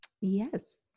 Yes